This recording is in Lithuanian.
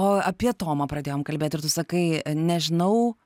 o apie tomą pradėjom kalbėt ir tu sakai nežinau